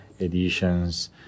editions